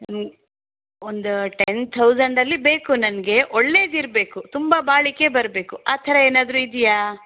ಒಂದು ಟೆನ್ ಥೌಸಂಡಲ್ಲಿ ಬೇಕು ನನಗೆ ಒಳ್ಳೇದಿರ್ಬೇಕು ತುಂಬ ಬಾಳಿಕೆ ಬರಬೇಕು ಆ ಥರ ಏನಾದರೂ ಇದೆಯಾ